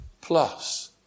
plus